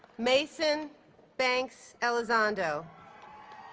mason banks elizondo